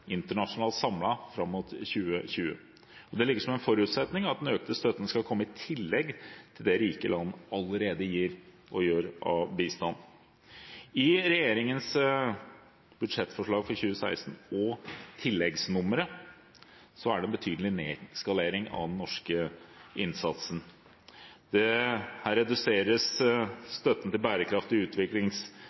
fram mot 2020, internasjonalt samlet. Det ligger som en forutsetning at den økte støtten skal komme i tillegg til det rike land allerede gir og bidrar med av bistand. I regjeringens budsjettforslag for 2016 og i tilleggsnummeret er det betydelig nedskalering av den norske innsatsen. Her reduseres støtten til bærekraftig utvikling,